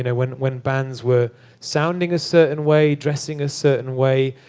and when when bands were sounding a certain way, dressing a certain way,